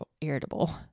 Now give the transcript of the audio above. irritable